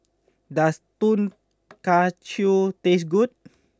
does Tonkatsu taste good